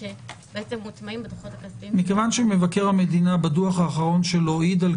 שמוטמעים- -- כיוון שמבקר המדינה בדוחו האחרון העיד על